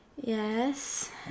Yes